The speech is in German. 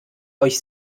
euch